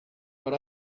but